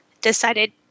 decided